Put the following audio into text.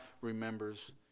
remembers